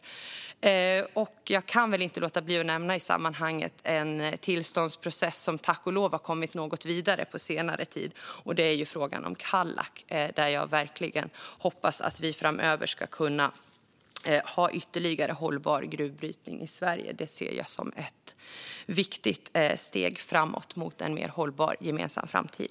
Jag kan i sammanhanget inte låta bli att nämna en tillståndsprocess som tack och lov har kommit något längre på senare tid, nämligen frågan om Kallak. Jag hoppas verkligen att vi framöver ska kunna ha ytterligare hållbar gruvbrytning i Sverige. Det ser jag som ett viktigt steg framåt mot en mer hållbar gemensam framtid.